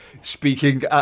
speaking